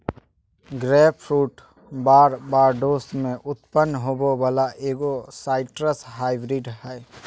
grapefruit Barbados में उत्पन्न होबो वला एगो साइट्रस हाइब्रिड हइ